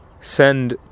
send